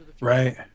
Right